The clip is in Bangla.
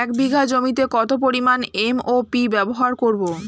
এক বিঘা জমিতে কত পরিমান এম.ও.পি ব্যবহার করব?